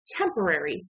temporary